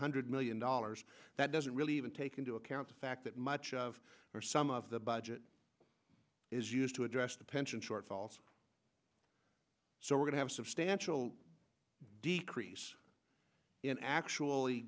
hundred mil in dollars that doesn't really even take into account the fact that much of our some of the budget is used to address the pension shortfalls so we're going to have substantial decrease in actually